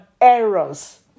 errors